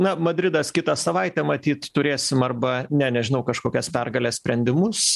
na madridas kitą savaitę matyt turėsim arba ne nežinau kažkokias pergales sprendimus